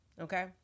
Okay